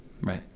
Right